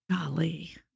Golly